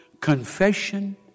Confession